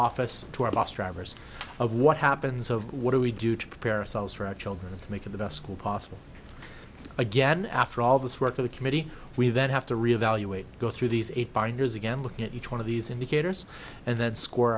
office to our bus drivers of what happens over what do we do to prepare ourselves for our children to make the best school possible again after all this work of the committee we then have to re evaluate go through these eight binders again looking at each one of these indicators and then score